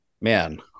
Man